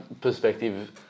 perspective